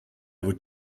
would